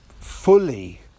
fully